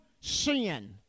sin